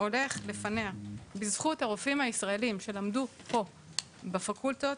הולך לפניה בזכות הרופאים הישראלים שלמדו פה בפקולטות,